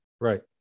Right